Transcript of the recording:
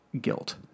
Guilt